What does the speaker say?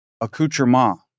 accoutrement